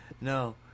no